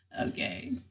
Okay